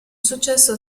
successo